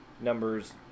numbers